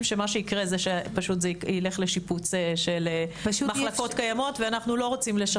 שזה ילך לשיפוץ של מחלקות קיימות ואנחנו לא רוצים זאת.